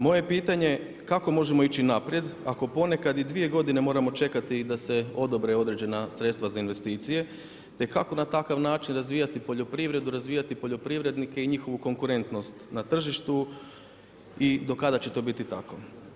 Moje pitanje, kako možemo ići naprijed ako ponekad i dvije godine moramo čekati da se odobre određena sredstva za investicije, te kako na takav način razvijati poljoprivredu, razvijati poljoprivrednike i njihovu konkurentnost na tržištu i do kada će to biti tako?